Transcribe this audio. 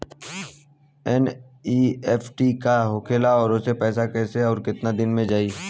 NEFT का होखेला और ओसे पैसा कैसे आउर केतना दिन मे जायी?